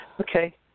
Okay